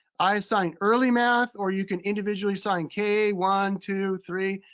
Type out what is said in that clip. i assigned early math, or you can individually assign k, one, two, three,